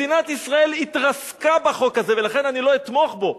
מדינת ישראל התרסקה בחוק, ולכן אני לא אתמוך בו.